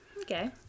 Okay